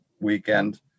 weekend